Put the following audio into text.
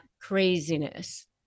craziness